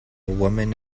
woman